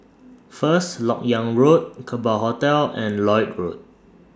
First Lok Yang Road Kerbau Hotel and Lloyd Road